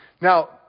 Now